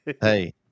Hey